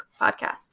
podcast